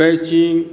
पेचिंग